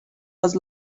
was